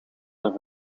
een